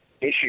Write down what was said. issue